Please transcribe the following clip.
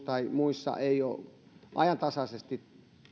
tai muissa ei ole ajantasaisesti